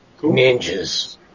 Ninjas